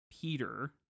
peter